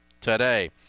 today